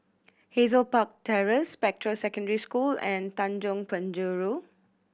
Hazel Park Terrace Spectra Secondary School and Tanjong Penjuru